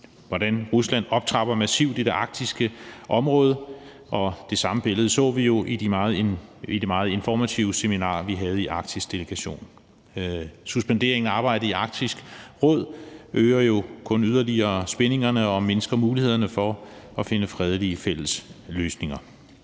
hvordan Rusland optrapper massivt i det arktiske område. Det samme billede så vi jo på det meget informative seminar, vi havde i Den Arktiske Delegation. Suspenderingen af arbejdet i Arktisk Råd øger jo kun yderligere spændingerne og mindsker mulighederne for at finde fredelige fælles løsninger.